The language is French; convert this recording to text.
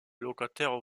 locataires